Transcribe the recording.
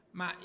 ma